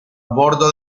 bordo